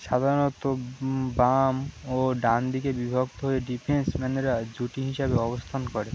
সাধারণত বাম ও ডান দিকে বিভক্ত হয়ে ডিফেন্সম্যানরা জুটি হিসাবে অবস্থান করে